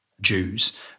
Jews